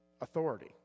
authority